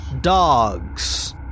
dogs